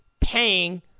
paying